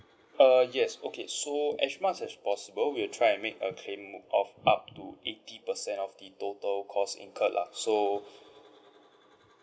uh yes okay so as much as possible we'll try make a claim of up to eighty percent of the total cost incurred lah so